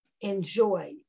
enjoy